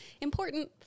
important